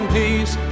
peace